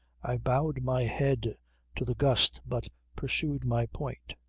i bowed my head to the gust but pursued my point.